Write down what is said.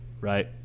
right